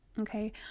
Okay